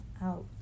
out